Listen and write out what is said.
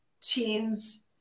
teens